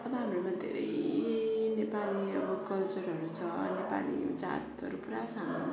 अब हाम्रोमा धेरै नेपाली अब कल्चरहरू छ नेपालीहरू जातहरू पुरा छ हाम्रोमा